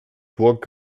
burg